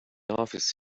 office